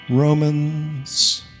Romans